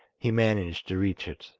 he managed to reach it,